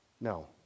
no